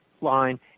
line